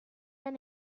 and